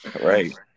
right